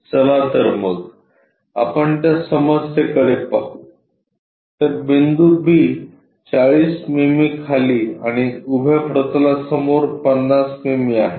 चला तर मग आपण त्या समस्येकडे पाहू तर बिंदू b 40 मिमी खाली आणि उभ्या प्रतलासमोर 50 मिमी आहे